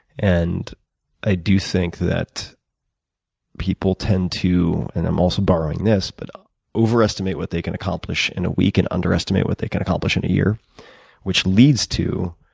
and i do think that people tend to and i'm also borrowing this but overestimate what they can accomplish in a week and underestimate what they can accomplish in a year which leads to